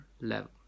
level